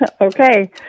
Okay